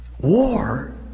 War